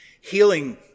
healing